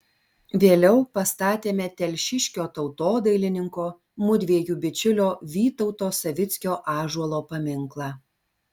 vėliau pastatėme telšiškio tautodailininko mudviejų bičiulio vytauto savickio ąžuolo paminklą